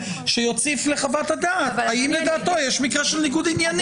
שיוסיף לחוות-הדעת האם לדעתו יש מקרה של ניגוד עניינים?